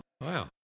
Wow